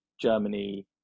Germany